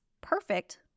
perfect